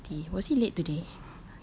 eleven fifty was he late today